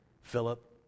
Philip